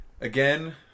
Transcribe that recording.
again